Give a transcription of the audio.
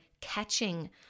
catching